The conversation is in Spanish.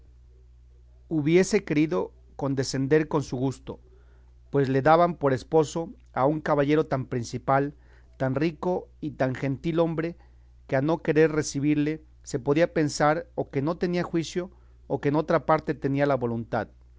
hubiese querido condecender con su gusto pues le daban por esposo a un caballero tan principal tan rico y tan gentil hombre que a no querer recebirle se podía pensar o que no tenía juicio o que en otra parte tenía la voluntad